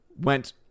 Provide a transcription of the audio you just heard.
went